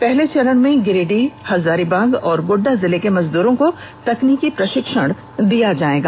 पहले चरण में गिरिडीह हजारीबाग और गोड्डा जिले के मजदूरों को तकनीकी प्रशिक्षण दिया जाना है